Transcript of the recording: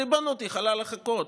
ריבונות יכולה לחכות.